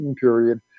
period